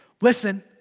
listen